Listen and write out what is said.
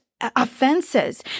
offenses